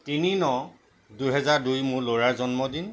তিনি ন দুহেজাৰ দুই মোৰ ল'ৰাৰ জন্মদিন